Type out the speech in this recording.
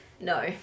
No